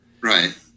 Right